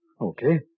Okay